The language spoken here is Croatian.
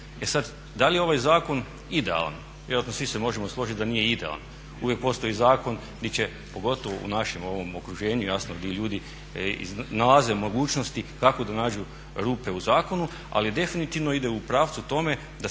da li je ovaj zakon idealan? Vjerojatno svi se možemo složiti da nije idealan, uvijek postoji zakon di će pogotovo u našem ovom okruženju, jasno di ljudi iznalaze mogućnosti kako da nađu rupe u zakonu ali definitivno ide u pravcu tome da se